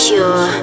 Pure